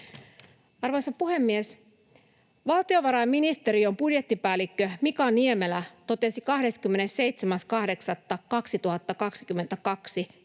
Arvoisa puhemies! Valtiovarainministeriön budjettipäällikkö Mika Niemelä totesi 27.8.2022